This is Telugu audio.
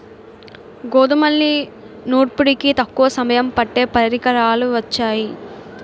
గోధుమల్ని నూర్పిడికి తక్కువ సమయం పట్టే పరికరాలు వొచ్చాయి